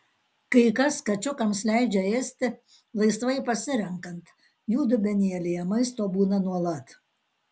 kai kas kačiukams leidžia ėsti laisvai pasirenkant jų dubenėlyje maisto būna nuolat